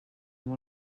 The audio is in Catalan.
amb